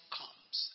comes